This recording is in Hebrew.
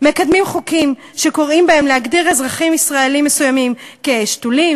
מקדמים חוקים שקוראים בהם להגדיר אזרחים ישראלים מסוימים כשתולים,